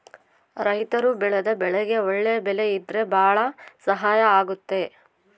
ರೈತರು ಬೆಳೆದ ಬೆಳೆಗೆ ಒಳ್ಳೆ ಬೆಲೆ ಇದ್ರೆ ಭಾಳ ಸಹಾಯ ಆಗುತ್ತೆ